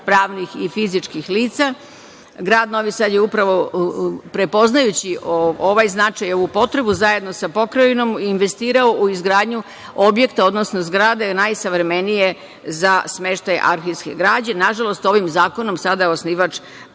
pravnih i fizičkih lica. Grad Novi Sad je upravo, prepoznajući ovaj značaj, ovu potrebu, zajedno sa Pokrajinom investirao u izgradnju objekta, odnosno zgrade najsavremenije za smeštaj arhivske građe. Nažalost, ovim zakonom sada su oduzeta